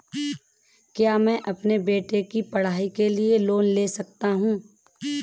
क्या मैं अपने बेटे की पढ़ाई के लिए लोंन ले सकता हूं?